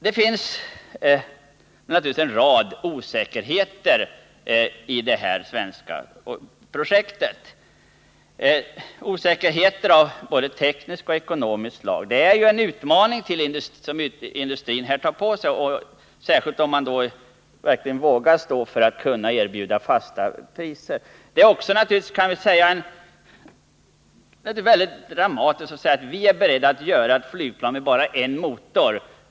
Det finns givetvis en rad osäkerhetsfaktorer i det svenska projektet. osäkerhetsfaktorer av både tekniskt och ekonomiskt slag. Det är en utmaning som industrin antar, särskilt om man verkligen vågar stå för att man skall erbjuda bindande effekter. Industrin vill göra ett flygplan med bara en motor.